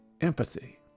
empathy